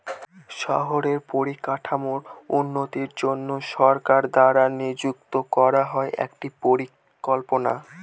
শহরের পরিকাঠামোর উন্নতির জন্য সরকার দ্বারা নিযুক্ত করা হয় একটি পরিকল্পনা